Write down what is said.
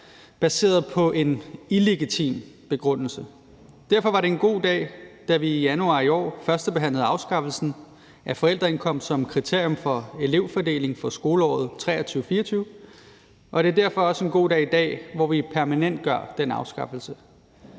baseret på en illegitim begrundelse. Derfor var det en god dag, da vi i januar i år førstebehandlede afskaffelsen af forældreindkomst som kriterium for elevfordeling for skoleåret 2023-24, og det er derfor også en god dag i dag, hvor vi permanentgør den afskaffelse.